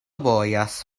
bojas